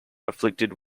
afflicted